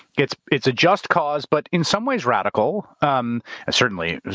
it's it's a just cause, but in some ways radical, um certainly.